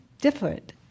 different